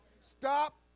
Stop